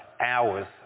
hours